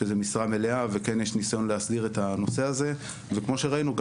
שזה משרה מלאה וכן יש ניסיון להסדיר את הנושא הזה וכמו שראינו,